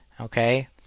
Okay